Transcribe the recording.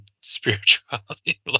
Spirituality